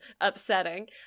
upsetting